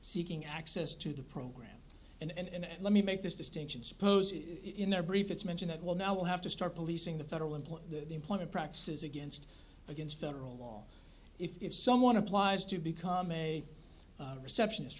seeking access to the program and let me make this distinction suppose in their brief it's mention that well now we'll have to start policing the federal employee the employment practices against against federal law if someone applies to become a receptionist